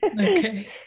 Okay